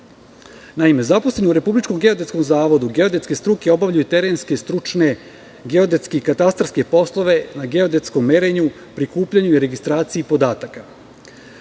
obavljaju. Naime, Republičkom geodetskom zavodu geodetske struke obavljaju terenske, stručne, geodetske i katastarske poslove na geodetskom merenju, prikupljanju i registraciji podataka